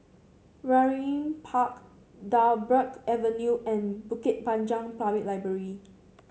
Waringin Park Dryburgh Avenue and Bukit Panjang Public Library